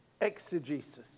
exegesis